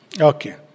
Okay